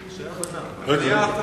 מליאה.